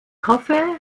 hoffe